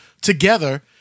together